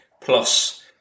plus